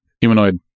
humanoid